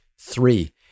Three